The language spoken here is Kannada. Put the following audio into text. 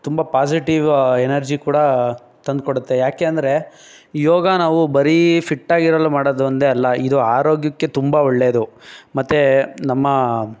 ತುಂಬ ಪಾಸಿಟೀವ್ ಎನರ್ಜಿ ಕೂಡ ತಂದು ಕೊಡುತ್ತೆ ಯಾಕೆ ಅಂದರೆ ಯೋಗ ನಾವು ಬರಿ ಫಿಟ್ಟಾಗಿರಲು ಮಾಡೋದು ಒಂದೇ ಅಲ್ಲ ಇದು ಆರೋಗ್ಯಕ್ಕೆ ತುಂಬ ಒಳ್ಳೆಯದು ಮತ್ತು ನಮ್ಮ